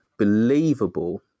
believable